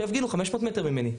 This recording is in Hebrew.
שיפגינו 500 מטר ממני.